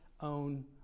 own